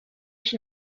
ich